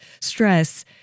stress